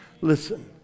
Listen